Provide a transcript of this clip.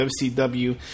WCW